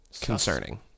concerning